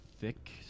thick